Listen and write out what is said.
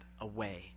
away